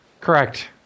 Correct